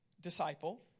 disciple